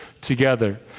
together